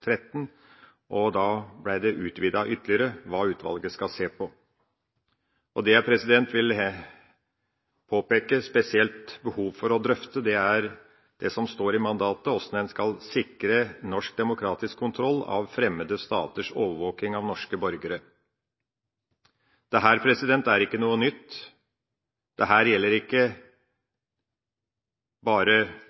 og da ble det som utvalget skal se på, ytterligere utvidet. Det som jeg spesielt vil påpeke et behov for å drøfte, er det som står i mandatet: Hvordan en skal sikre norsk demokratisk kontroll av fremmede staters overvåking av norske borgere. Dette er ikke noe nytt. Dette gjelder ikke